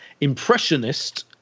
impressionist